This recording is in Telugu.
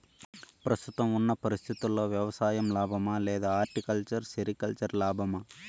ప్రస్తుతం ఉన్న పరిస్థితుల్లో వ్యవసాయం లాభమా? లేదా హార్టికల్చర్, సెరికల్చర్ లాభమా?